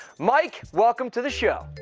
mike, welcome to the sh show.